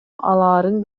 алаарын